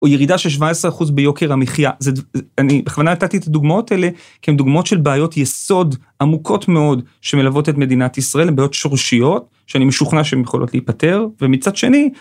או ירידה של 17% ביוקר המחיה, זה אני בכוונה נתתי את הדוגמאות האלה, כי הן דוגמאות של בעיות יסוד עמוקות מאוד, שמלוות את מדינת ישראל, הן בעיות שורשיות, שאני משוכנע שהן יכולות להיפטר, ומצד שני